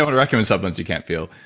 and recommend supplements you can't feel.